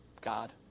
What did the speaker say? God